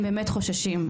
הם באמת חוששים,